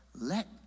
let